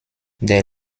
der